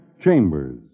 Chambers